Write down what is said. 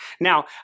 Now